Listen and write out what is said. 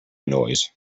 noise